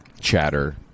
chatter